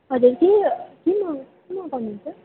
हजुर के के के मगाउनु हुन्छ